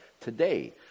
today